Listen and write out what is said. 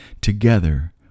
together